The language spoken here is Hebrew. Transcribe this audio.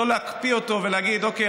לא להקפיא אותו ולהגיד: אוקיי,